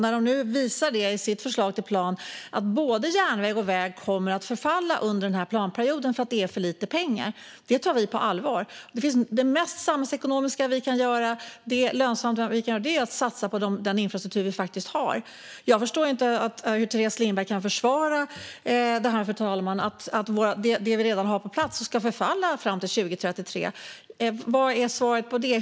När verket visar i sitt förslag till plan att både järnväg och väg kommer att förfalla under planperioden på grund av brist på pengar tar vi detta på allvar. Det mest samhällsekonomiska vi kan göra är att satsa på den infrastruktur som faktiskt finns. Jag förstår inte att Teres Lindberg kan försvara att det som redan finns på plats ska förfalla fram till 2033. Vad är svaret på det?